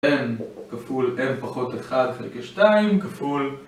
n כפול n פחות 1 חלקי 2 כפול